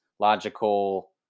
logical